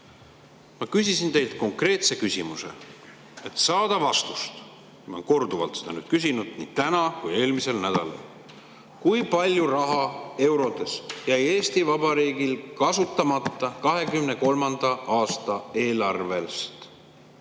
Ma küsisin teilt konkreetse küsimuse, et saada vastust. Ma olen korduvalt seda küsinud nii täna kui eelmisel nädalal. Kui palju raha eurodes jäi Eesti Vabariigil kasutamata 2023. aasta eelarvest?